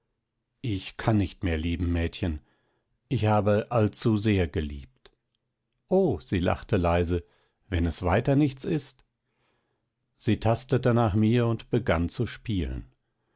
ich kann nicht mehr lieben mädchen ich habe allzusehr geliebt o sie lachte leise wenn es weiter nichts ist sie tastete nach mir und begann zu spielen